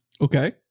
Okay